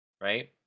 Right